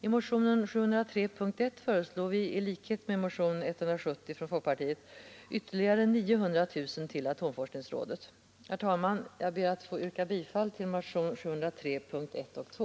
I motionen 703 föreslår vi under punkten 1, i likhet med vad som föreslås i motionen 170 från folkpartirepresentanter, att ytterligare 900 000 kronor anslås till atomforskningsrådet. Herr talman! Jag ber att få yrka bifall till motionen 703 punkterna 1 och 2.